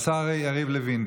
השר יריב לוין